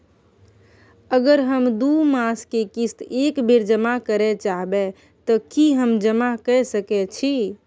अगर हम दू मास के किस्त एक बेर जमा करे चाहबे तय की हम जमा कय सके छि?